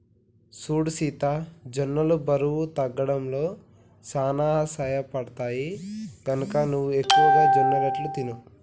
సూడు సీత జొన్నలు బరువు తగ్గడంలో సానా సహయపడుతాయి, గనక నువ్వు ఎక్కువగా జొన్నరొట్టెలు తిను